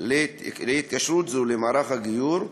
להתקשרות זו למערך הגיור,